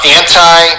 anti